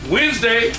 Wednesday